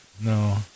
No